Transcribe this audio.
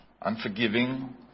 unforgiving